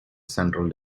central